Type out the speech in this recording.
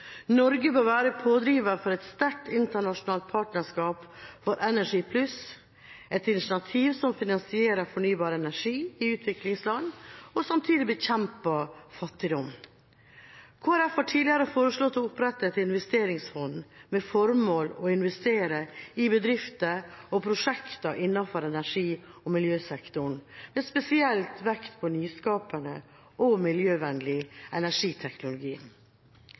Norge bør være pådrivere for et sterkt internasjonalt partnerskap for Energy+, et initiativ som finansierer fornybar energi i utviklingsland og samtidig bekjemper fattigdom. Kristelig Folkeparti har tidligere foreslått å opprette et investeringsfond med formål å investere i bedrifter og prosjekter innenfor energi- og miljøsektoren, med spesiell vekt på nyskapende og miljøvennlig energiteknologi.